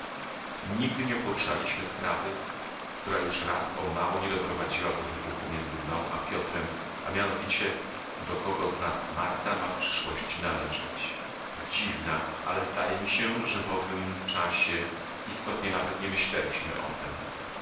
nigdy nie poruszaliśmy sprawy która już raz o mało nie doprowadziła do wybuchu między mną a piotrem a mianowicie do kogo z nas marta ma w przyszłości należeć dziwna ale zdaje mi się że w owym czasie istotnie nawet nie myśleliśmy o tem